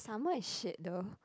summer is shit though